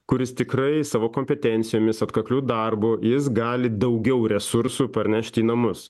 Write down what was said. kuris tikrai savo kompetencijomis atkakliu darbu jis gali daugiau resursų parnešt į namus